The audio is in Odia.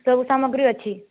ସବୁ ସାମଗ୍ରୀ ଅଛି